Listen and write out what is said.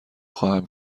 خواهم